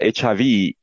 HIV